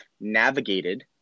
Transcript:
navigated